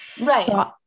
right